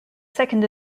second